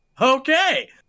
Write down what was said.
Okay